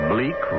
bleak